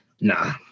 nah